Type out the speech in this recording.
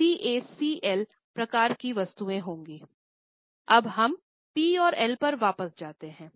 CACL प्रकार की वस्तुएँ होंगी Iअब हम पी और एल पर वापस जाते हैं